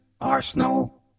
Arsenal